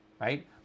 right